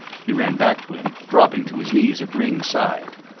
he ran back to him, dropping to his knees at ringg's side.